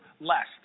less